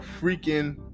freaking